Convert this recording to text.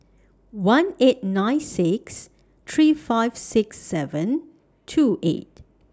one eight nine six three five six seven two eight